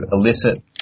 elicit